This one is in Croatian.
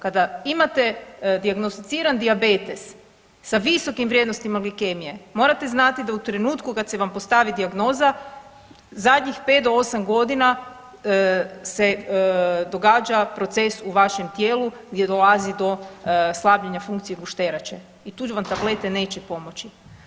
Kada imate dijagnosticiran dijabetes sa visokim vrijednostima glikemije morate znati da u trenutku kad vam se postavi dijagnoza zadnjih pet do osam godina se događa proces u vašem tijelu gdje dolazi do slabljenja funkcija gušterače i tu vam tablete neće pomoći.